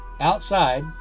Outside